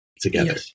together